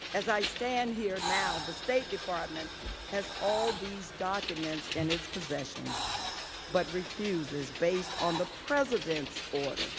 as i stand here now, the state department has all these documents in its possession but refuses based on the presidents order